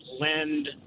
lend